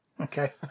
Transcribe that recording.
Okay